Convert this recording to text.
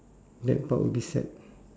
that part will be sad